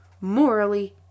Morally